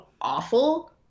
awful